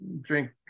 drink